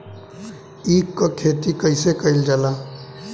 ईख क खेती कइसे कइल जाला?